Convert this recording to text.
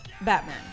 Batman